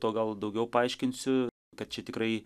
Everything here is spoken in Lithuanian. to gal daugiau paaiškinsiu kad čia tikrai